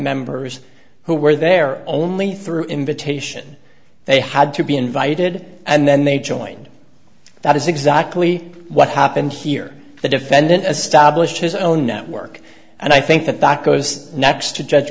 members who were there only through invitation they had to be invited and then they joined that is exactly what happened here the defendant is stablished his own network and i think that that goes next to judge